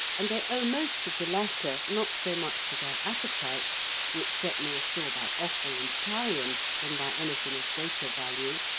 and they owe most of the latter not so much to their appetites, which set more store by offal and carrion than by anything of greater value,